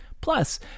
Plus